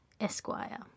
Esquire